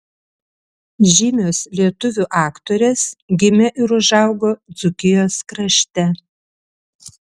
žymios lietuvių aktorės gimė ir užaugo dzūkijos krašte